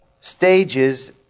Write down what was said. stages